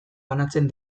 banatzen